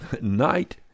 night